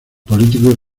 políticos